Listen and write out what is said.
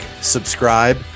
subscribe